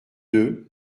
deux